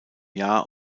jahr